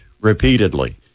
repeatedly